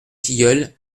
tilleuls